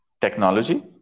technology